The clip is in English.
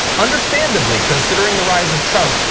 understandably considering the rise of trump,